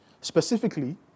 Specifically